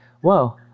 whoa